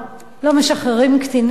לא משחררים קטינים.